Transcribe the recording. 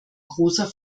großer